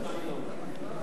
רבותי,